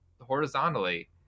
horizontally